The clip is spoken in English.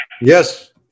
Yes